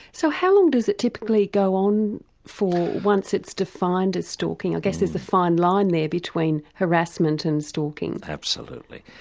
so how long does it typically go on for, once it's defined as stalking? i guess there's a fine line there between harassment and stalking? absolutely.